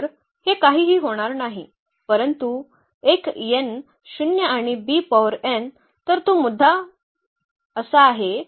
तर हे काहीही होणार नाही परंतु एक n शून्य आणि b पॉवर n तर तो मुद्दा असा आहे